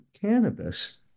cannabis